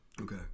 Okay